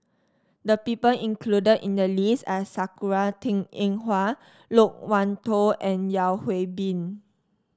the people included in the list are Sakura Teng Ying Hua Loke Wan Tho and Yeo Hwee Bin